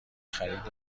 خرید